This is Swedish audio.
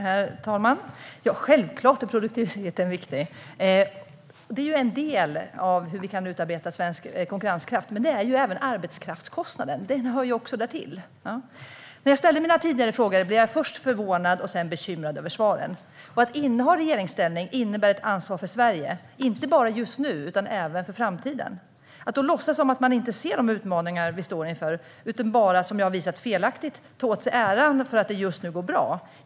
Herr talman! Självklart är produktiviteten viktig. Den är ju en del i hur vi kan utarbeta svensk konkurrenskraft. Men dit hör ju också arbetskraftskostnaden. När jag ställde mina tidigare frågor blev jag först förvånad och sedan bekymrad över svaren. Att inneha regeringsställning innebär ett ansvar för Sverige, inte bara just nu utan även inför framtiden. Man kan inte låtsas som om man inte ser de utmaningar vi står inför utan bara felaktigt, som jag har visat, ta åt sig äran för att det just nu går bra.